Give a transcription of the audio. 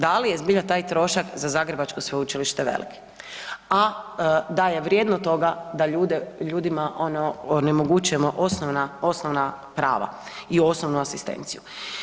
Da li je zbilja taj trošak za Zagrebačko sveučilište velik, a da je vrijedno toga da ljudima onemogućimo osnovna prava i osnovnu asistenciju?